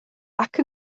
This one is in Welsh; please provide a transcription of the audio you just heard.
nac